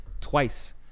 Twice